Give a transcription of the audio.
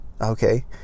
okay